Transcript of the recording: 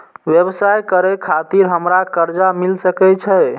व्यवसाय करे खातिर हमरा कर्जा मिल सके छे?